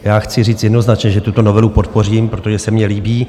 Já chci říct jednoznačně, že tuto novelu podpořím, protože se mně líbí.